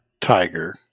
Tiger